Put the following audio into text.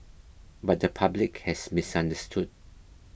but the public has misunderstood